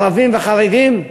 ערבים וחרדים,